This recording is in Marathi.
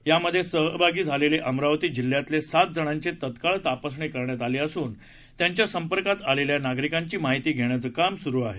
यामध्ये सहभागी झालेल्या अमरावती जिल्ह्यातल्या सात जणांची तत्काळ तपासणी करण्यात आली असुन त्यांच्या संपर्कात आलेल्या नागरिकांची माहिती घेण्याचं काम सुरू आहे